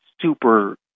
super